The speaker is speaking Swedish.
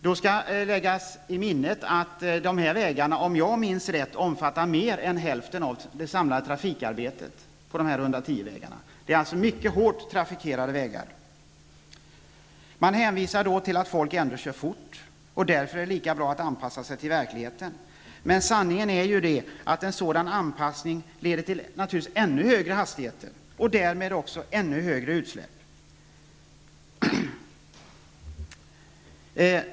Om jag minns rätt omfattar dessa vägar mer än hälften av det samlade trafikarbetet på dessa 110-vägar. Det gäller alltså mycket hårt trafikerade vägar. Man hänvisar då till att folk ändå kör för fort, och därför är det lika bra att anpassa sig till verkligheten. Men sanningen är att en sådan anpassning naturligtvis leder till ännu högre hastigheter och därmed också ännu högre utsläpp.